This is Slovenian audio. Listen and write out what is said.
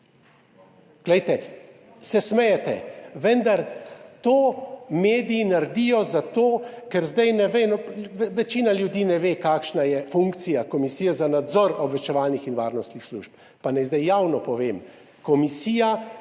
Glejte, se smejete, vendar to mediji naredijo za to, ker zdaj večina ljudi ne ve, kakšna je funkcija Komisije za nadzor obveščevalnih in varnostnih služb. Pa naj zdaj javno povem, komisija